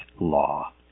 law